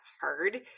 hard